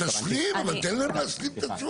אתה תשלים אבל תן להם להשלים משפט.